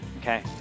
Okay